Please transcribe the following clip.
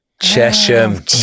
Chesham